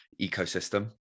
ecosystem